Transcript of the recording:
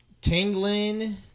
tingling